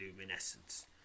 luminescence